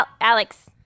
Alex